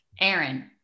Aaron